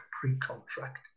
pre-contract